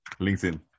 LinkedIn